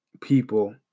people